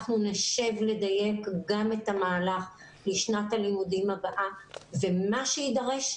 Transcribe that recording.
אנחנו נשב לדייק גם את המהלך לשנת הלימודים הבאה ומה שיידרש,